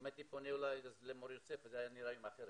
אם הייתי פונה אולי למור יוסף זה היה נראה היום אחרת.